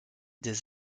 des